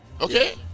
Okay